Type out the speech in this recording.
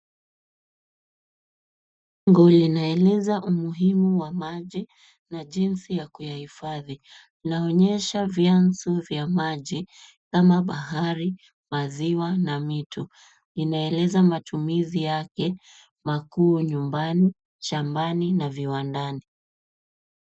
Bango linaeleza umuhimu wa maji na jinsi yakuyahifadhi. Inaonyesha vyanzo vya maji kama bahari, maziwa na mito. Inaeleza matumizi yake makuu nyumbani, shambani na viwandani.